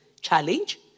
challenge